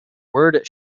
word